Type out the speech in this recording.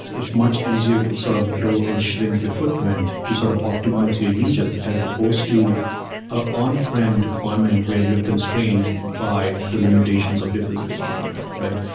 it's much easier to sort of grow and shrink your footprint to sort of optimize your users as supposed to ah on-prem deployment, where you're constraint by the limitations of a physical hardware, right?